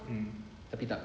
mm tapi tak